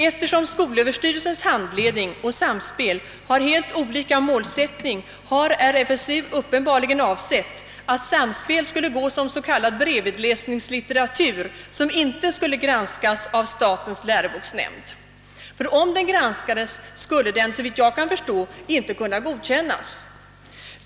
Eftersom skolöverstyrelsens handledning och Samspel har helt olika målsättning har RFSU uppenbarligen avsett att Samspel skulle gå som s.k. bredvidläsningslitteratur, som inte skall granskas av statens läroboksnämnd. Ty om den granskades skulle den såvitt jag kan förstå inte kunna godkännas.